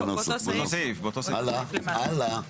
הלאה.